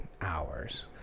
hours